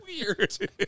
weird